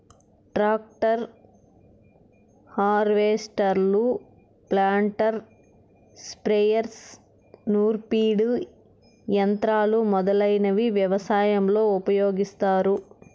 tractor, హార్వెస్టర్లు, planter, sprayers, నూర్పిడి యంత్రాలు మొదలైనవి వ్యవసాయంలో ఉపయోగిస్తారు